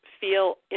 feel